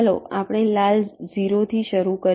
ચાલો આપણે લાલ 0 થી શરુ કરીએ